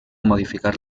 modificar